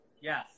Yes